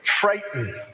frightened